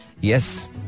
Yes